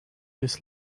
this